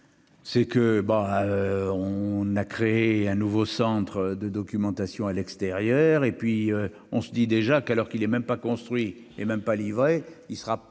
C'est que bah on a créé un nouveau centre de documentation à l'extérieur et puis on se dit déjà qu'à l'heure qu'il est même pas construit et même pas livré, il sera probablement